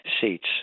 seats